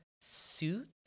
suit